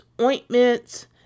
ointments